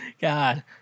God